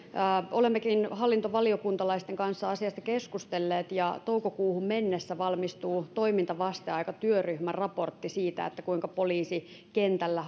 olemmekin hallintovaliokuntalaisten kanssa asiasta keskustelleet ja toukokuuhun mennessä valmistuu toimintavasteaikatyöryhmän raportti siitä kuinka poliisissa kentällä